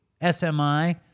SMI